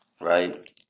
right